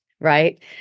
Right